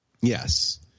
Yes